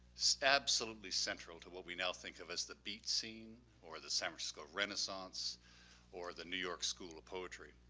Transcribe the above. absolutely central to what we now think of as the beat scene or the san francisco renaissance or the new york school of poetry.